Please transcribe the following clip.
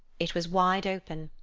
it was wide open.